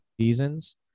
seasons